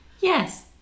Yes